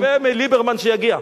אני מצפה מליברמן שיגיע.